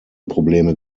probleme